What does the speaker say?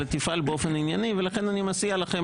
אלא תפעל באופן ענייני ולכן אני מציע לכם